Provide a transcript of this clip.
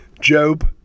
Job